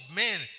men